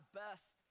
best